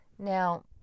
Now